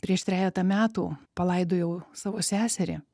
prieš trejetą metų palaidojau savo seserį